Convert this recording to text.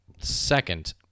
Second